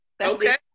Okay